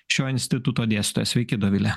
šio instituto dėstytoja sveiki dovile